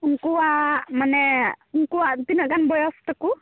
ᱩᱱᱠᱩᱣᱟᱜ ᱢᱟᱱᱮ ᱩᱱᱠᱩᱣᱟᱜ ᱛᱤᱱᱟᱹᱜ ᱜᱟᱱ ᱵᱚᱭᱚᱥ ᱛᱟᱠᱚ